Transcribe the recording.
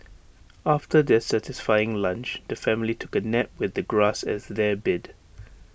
after their satisfying lunch the family took A nap with the grass as their bed